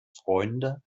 freunde